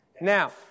Now